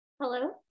Hello